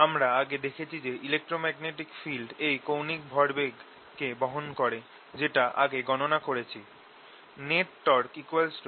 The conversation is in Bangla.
আমরা আগে দেখেছি যে ইলেক্ট্রোম্যাগনেটিক ফিল্ড এই কৌণিক ভরবেগ কে বহন করে যেটা আগে গণনা করেছি